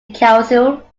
casual